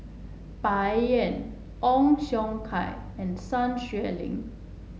Bai Yan Ong Siong Kai and Sun Xueling